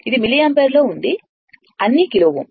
ఇది మిల్లియాంపియర్లో ఉంది అన్నీ కిలో Ω